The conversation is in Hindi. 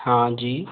हाँ जी